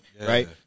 right